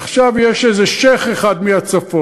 עכשיו, יש איזה שיח' אחד מהצפון,